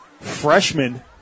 freshman